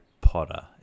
Potter